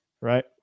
Right